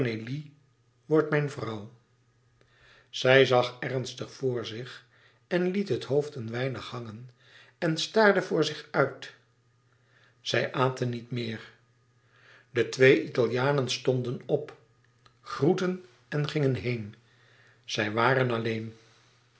word mijn vrouw zij zag ernstig voor zich en liet het hoofd een weinig hangen en staarde voor zich uit zij aten niet meer de twee italianen stonden op groetten en gingen heen zij waren alleen